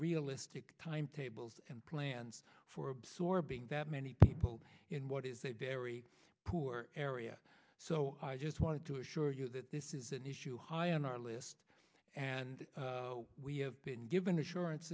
realistic timetables and plans for absorbing that many people in what is a very poor area so i just wanted to assure you that this is an issue high on our list and we have been given assurance